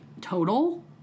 total